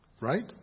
Right